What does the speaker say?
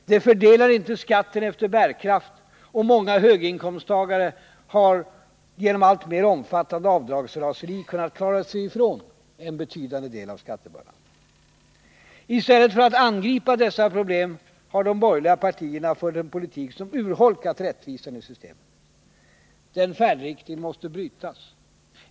Det fördelar inte skatten efter bärkraft, och många höginkomsttagare har genom alltmer omfattande avdragsraseri kunnat klara sig ifrån en betydande del av skattebördan. I stället för att angripa dessa problem har de borgerliga partierna fört en politik som urholkat rättvisan i systemet. Den färdriktningen måste brytas.